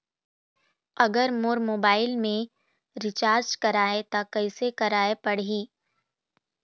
अगर मोर मोबाइल मे रिचार्ज कराए त कैसे कराए पड़ही?